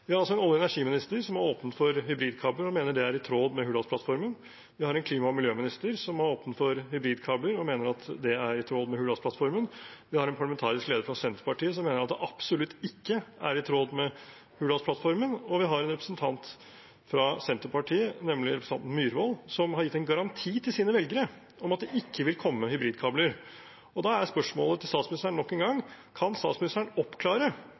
Vi har altså en olje- og energiminister som har åpnet for hybridkabler og mener det er i tråd med Hurdalsplattformen, vi har en klima- og miljøminister som har åpnet for hybridkabler og mener det er i tråd med Hurdalsplattformen, vi har en parlamentarisk leder for Senterpartiet som mener at det absolutt ikke er i tråd med Hurdalsplattformen, og vi har en representant fra Senterpartiet, nemlig representanten Myhrvold, som har gitt en garanti til sine velgere om at det ikke vil komme hybridkabler. Da er spørsmålet til statsministeren nok en gang: Kan statsministeren oppklare